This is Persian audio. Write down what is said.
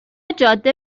جاده